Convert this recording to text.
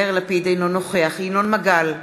אינו נוכח ינון מגל,